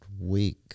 week